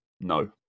no